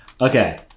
Okay